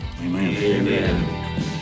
Amen